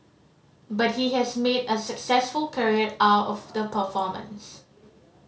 but he has made a successful career out of the performance